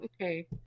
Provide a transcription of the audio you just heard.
okay